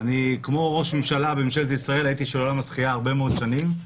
אני כמו ראש ממשלה וממשלת ישראל הייתי של עולם השחייה הרבה מאוד שנים,